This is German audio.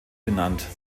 benannt